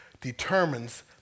determines